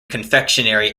confectionery